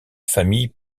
famille